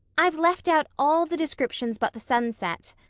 i've left out all the descriptions but the sunset,